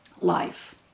life